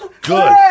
Good